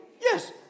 Yes